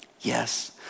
Yes